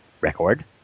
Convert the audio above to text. record